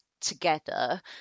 together